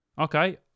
okay